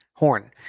horn